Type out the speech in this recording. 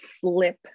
slip